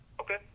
Okay